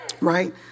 right